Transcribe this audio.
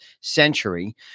century